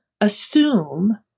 assume